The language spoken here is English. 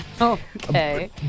Okay